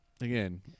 again